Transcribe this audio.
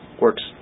works